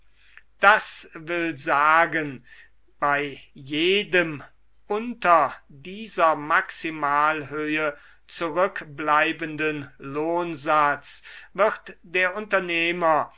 das will sagen bei jedem unter dieser maximalhöhe zurückbleibenden lohnsatz wird der unternehmer